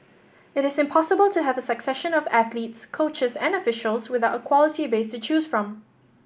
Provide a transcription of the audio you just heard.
it is impossible to have a succession of athletes coaches and officials without a quality base to choose from